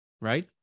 right